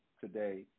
today